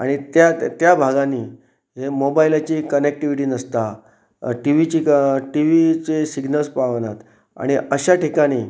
आनी त्या त्या भागांनी हे मोबायलाची कनेक्टिविटी नासता टिवीची टिवीचे सिग्नल्स पावनात आनी अश्या ठिकाणी